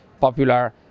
popular